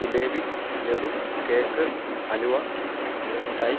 jalebi laddu cake halwa മിഠായി